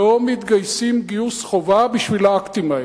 לא מתגייסים גיוס חובה בשביל האקטים האלה.